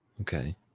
Okay